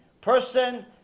person